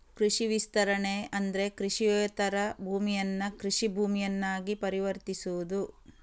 ಕೃಷಿ ವಿಸ್ತರಣೆ ಅಂದ್ರೆ ಕೃಷಿಯೇತರ ಭೂಮಿಯನ್ನ ಕೃಷಿ ಭೂಮಿಯನ್ನಾಗಿ ಪರಿವರ್ತಿಸುವುದು